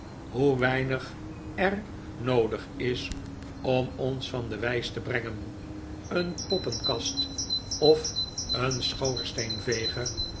hoe weinig er noodig is om ons van de wijs te brengen een poppenkast of een